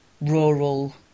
rural